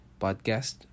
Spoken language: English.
podcast